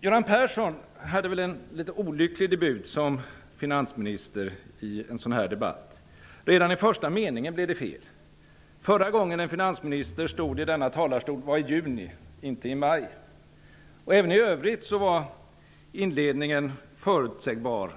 Göran Persson hade en litet olycklig debut som finansminister i denna debatt. Redan i första meningen blev det fel. Förra gången en finansminister stod i denna talarstol var i juni, inte i maj. Även i övrigt var inledningen förutsägbar,